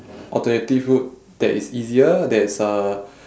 alternative route that is easier that is uh